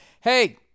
Hey